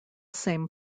same